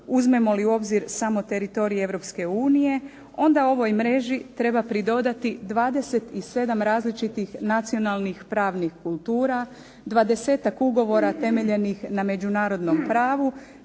Uzmemo li u obzir samo teritorij Europske unije, onda ovoj mreži treba pridodati 27 različitih nacionalnih pravnih kultura, 20-ak ugovora temeljenih na međunarodnom pravu,